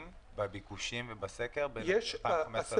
אנחנו מגבשים עכשיו עם החברים ממשרד האוצר